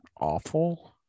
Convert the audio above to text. awful